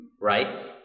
right